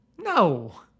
No